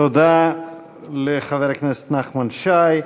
תודה לחבר הכנסת נחמן שי.